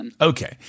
Okay